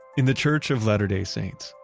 in the church of latter day saints,